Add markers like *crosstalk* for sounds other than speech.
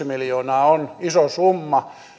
*unintelligible* miljoonaa on iso summa